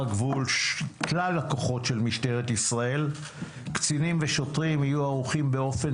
כלל הכוחות של משטרת ישראל יהיו ערוכים באופן